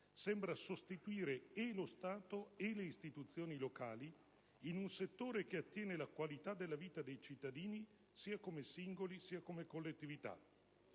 sembra sostituire e lo Stato e le istituzioni locali in un settore, che attiene alla qualità della vita dei cittadini, sia come singoli, sia come collettività.